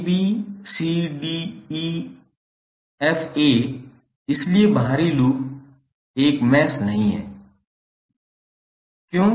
abcdefa इसलिए बाहरी loop एक मैश नहीं है